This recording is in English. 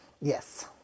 Yes